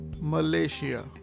Malaysia